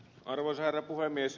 arvoisa herra puhemies